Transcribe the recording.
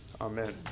Amen